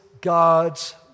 God's